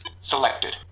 Selected